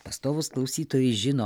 pastovūs klausytojai žino